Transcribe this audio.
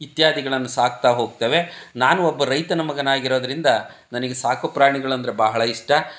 ಇತ್ಯಾದಿಗಳನ್ನು ಸಾಕ್ತಾ ಹೋಗ್ತೇವೆ ನಾನೂ ಒಬ್ಬ ರೈತನ ಮಗನಾಗಿರೋದರಿಂದ ನನಗೆ ಸಾಕುಪ್ರಾಣಿಗಳಂದರೆ ಬಹಳ ಇಷ್ಟ